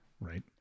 Right